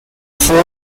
four